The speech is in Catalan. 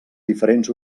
diferents